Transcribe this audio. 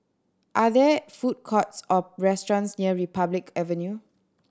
are there food courts or restaurants near Republic Avenue